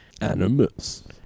Animus